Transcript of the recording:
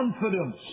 confidence